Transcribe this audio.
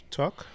talk